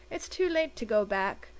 it's too late to go back.